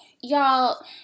y'all